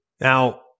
Now